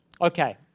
Okay